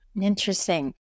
Interesting